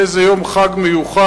יהיה זה יום חג מיוחד.